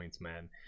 man